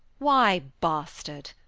why bastard,